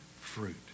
fruit